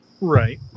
Right